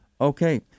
Okay